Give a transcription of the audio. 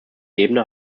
ebene